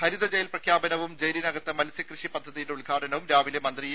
ഹരിത ജയിൽ പ്രഖ്യാപനവും ജയിലിനകത്തെ മത്സ്യ കൃഷി പദ്ധതിയുടെ ഉദ്ഘാടനവും രാവിലെ മന്ത്രി ഇ